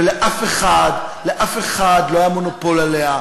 ולאף אחד, לאף אחד לא היה מונופול עליה.